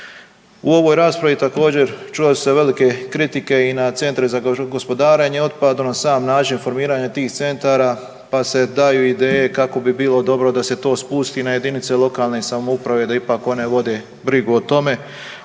U ovoj raspravi također čule su se velike kritike i na centre za gospodarenje otpadom, na sam način formiranja tih centara pa se daju ideje kako bi bilo dobro da se to spusti na jedinice lokalne samouprave da ipak one vode brigu o tome,